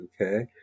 Okay